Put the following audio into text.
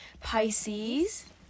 Pisces